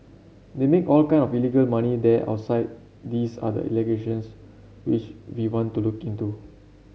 they make all kind of illegal money there outside these are the allegations which we want to look into